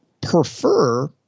prefer